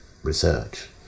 Research